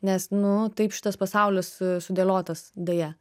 nes nu taip šitas pasaulis sudėliotas deja